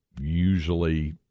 usually